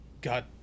God